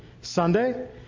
Sunday